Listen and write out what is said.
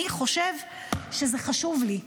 אני חושב שזה חשוב לי,